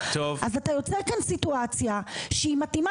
אז אתה יוצר כאן סיטואציה שהיא מתאימה